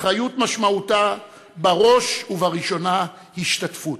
אחריות משמעותה בראש ובראשונה השתתפות.